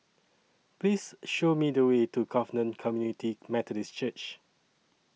Please Show Me The Way to Covenant Community Methodist Church